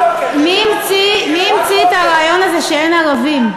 מי המציא את הרעיון הזה שאין ערבים?